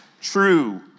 true